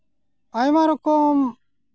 ᱟᱭᱢᱟ ᱨᱚᱠᱚᱢ